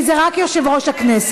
כי זה רק יושב-ראש הכנסת.